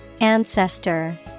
Ancestor